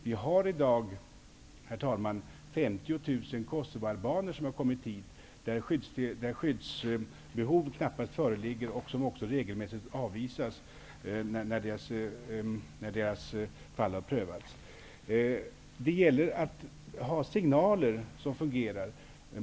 Vi har i dag, herr talman, 50 000 kosovoalbaner vilka kommit hit men för vilka skyddsbehov knappast föreligger. De avvisas också regelmässigt när de ras fall har prövats. Det gäller att ha signaler som fungerar.